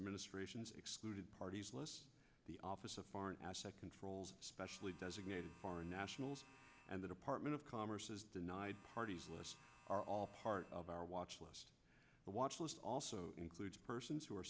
administration is excluded parties list the office of foreign asset controls specially designated foreign nationals and the department of commerce is denied parties are all part of our watchlist the watch list also includes persons who are